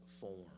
form